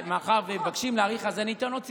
מאחר שמבקשים להאריך אז אני אתן עוד סיפור,